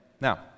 Now